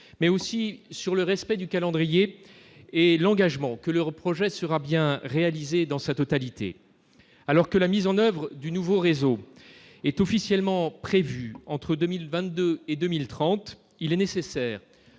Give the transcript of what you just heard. mais aussi sur le respect du calendrier et l'engagement que leur projet sera bien réalisé dans sa totalité, alors que la mise en oeuvre du nouveau réseau est officiellement prévue entre 2000 22 et 2030, il est nécessaire